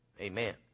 Amen